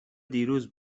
دیروز